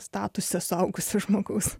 statusą suaugusio žmogaus